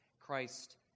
Christ